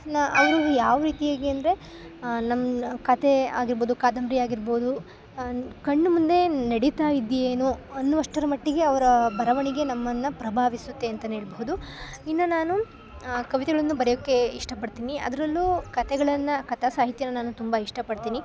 ನ ಅವರು ಯಾವ ರೀತಿಯಾಗಿ ಅಂದರೆ ನಮ್ಮ ಕತೆ ಆಗಿರ್ಬೌದು ಕಾದಂಬರಿ ಆಗಿರ್ಬೌದು ಕಣ್ಮುಂದೆ ನಡೀತಾ ಇದೆಯೇನೋ ಅನ್ನುವಷ್ಟರ ಮಟ್ಟಿಗೆ ಅವರ ಬರವಣಿಗೆ ನಮ್ಮನ್ನು ಪ್ರಭಾವಿಸುತ್ತೆ ಅಂತ ಹೇಳ್ಬಹುದು ಇನ್ನು ನಾನು ಕವಿತೆಗಳನ್ನು ಬರೆಯೋಕೆ ಇಷ್ಟ ಪಡ್ತೀನಿ ಅದರಲ್ಲು ಕತೆಗಳನ್ನು ಕಥಾಸಾಹಿತ್ಯನ ನಾನು ತುಂಬ ಇಷ್ಟ ಪಡ್ತೀನಿ